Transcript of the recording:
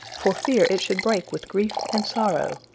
for fear it should break with grief and sorrow.